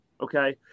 okay